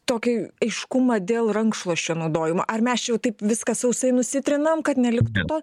tokį aiškumą dėl rankšluosčio naudojimo ar mes čia jau taip viską sausai nusitrinam kad neliktų to